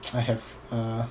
I have uh